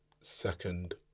second